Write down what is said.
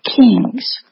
kings